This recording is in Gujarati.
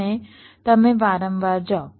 અને તમે વારંવાર જાઓ